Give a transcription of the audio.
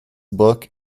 book